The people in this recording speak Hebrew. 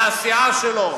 מהסיעה שלו,